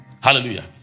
Hallelujah